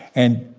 and,